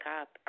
up